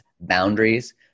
boundaries